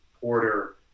Porter